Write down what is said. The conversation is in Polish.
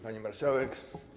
Pani Marszałek!